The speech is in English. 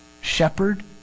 Shepherd